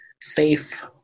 safe